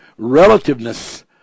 relativeness